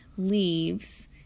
leaves